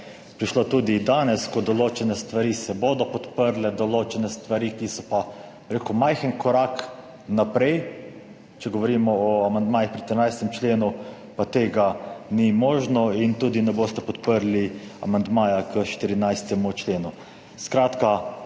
prišlo tudi danes, ko se bodo določene stvari podprle, za določene stvari, ki so pa, bi rekel, majhen korak naprej, če govorimo o amandmajih pri 13. členu, pa tega ni možno. In tudi ne boste podprli amandmaja k 14.členu. Skratka,